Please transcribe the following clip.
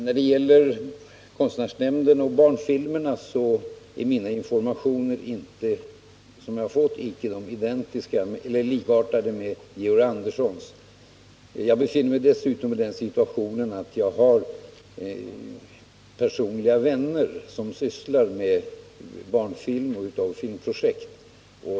När det gäller konstnärsnämnden och barnfilmerna är de informationer som jag har fått inte likartade med Georg Anderssons. Jag befinner mig dessutom i den situationen att jag har personliga vänner som sysslar med barnfilm och filmprojekt.